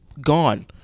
gone